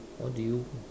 what do you